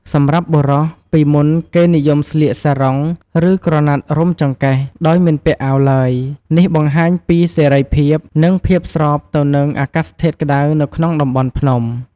សម្រាប់បុរស:ពីមុន ពួកគេនិយមស្លៀក សារុង ឬ ក្រណាត់រុំចង្កេះ ដោយមិនពាក់អាវឡើយ។ នេះបង្ហាញពីសេរីភាព និងភាពស្របទៅនឹងអាកាសធាតុក្តៅនៅក្នុងតំបន់ភ្នំ។